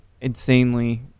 insanely